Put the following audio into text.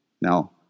Now